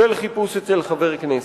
של חיפוש אצל חבר כנסת.